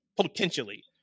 potentially